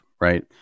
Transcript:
right